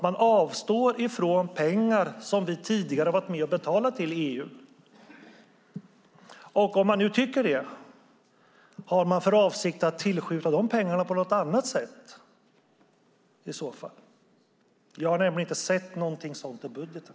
Man avstår från pengar som vi tidigare har varit med och betalat till EU. Om man nu tycker det, har man för avsikt att tillskjuta de pengarna på något annat sätt? Vi har nämligen inte sett någonting sådant i budgeten.